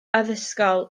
addysgol